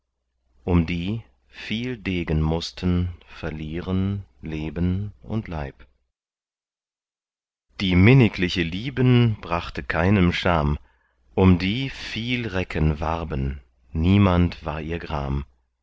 um die viel degen mußten verlieren leben und leib die minnigliche lieben brachte keinem scham um die viel recken warben niemand war ihr gram